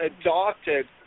adopted